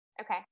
Okay